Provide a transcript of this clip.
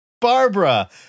Barbara